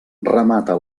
remata